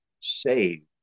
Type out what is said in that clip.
save